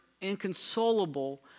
inconsolable